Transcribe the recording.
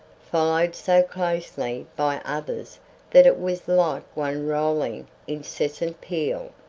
followed so closely by others that it was like one rolling, incessant peal.